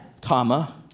comma